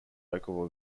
local